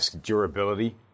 Durability